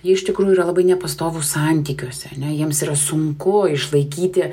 jie iš tikrųjų yra labai nepastovūs santykiuose ne jiems yra sunku išlaikyti